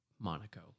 Monaco